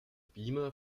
beamer